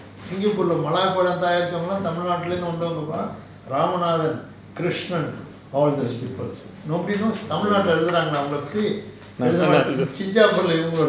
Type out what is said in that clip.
நல்ல காலத்துல:nalla kaalathula